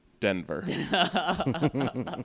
Denver